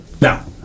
Now